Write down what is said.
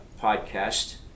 podcast